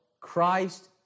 Christ